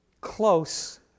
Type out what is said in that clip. close